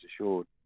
assured